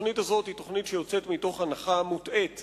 התוכנית הזו היא תוכנית שיוצאת מתוך ההנחה המוטעית